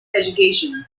education